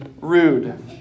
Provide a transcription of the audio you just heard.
rude